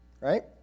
right